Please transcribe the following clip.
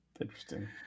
Interesting